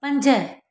पंज